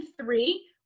three